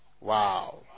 Wow